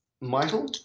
Michael